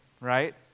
right